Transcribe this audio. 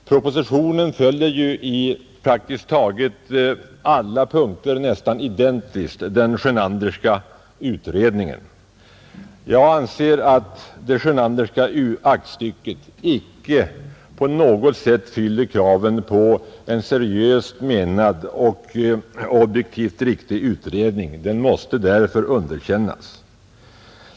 Propositionen följer ju på praktiskt taget alla punkter nästan identiskt den Sjönanderska utredningen. Jag anser att det Sjönanderska aktstycket icke på något sätt fyller kraven på en seriöst menad och objektivt riktig utredning. Det måste därför underkännas.